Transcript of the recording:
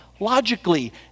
logically